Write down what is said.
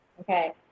okay